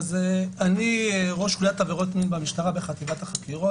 אני ראש חוליית עבירות מין במשטרה בחטיבת החקירות.